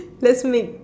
let's make